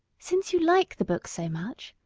since you like the book so much,